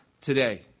today